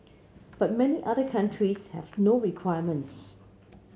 but many other countries have no requirements